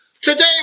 Today